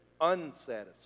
unsatisfied